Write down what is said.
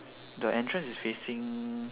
the entrance is facing